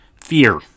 Fear